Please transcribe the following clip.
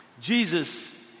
Jesus